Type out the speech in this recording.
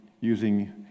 using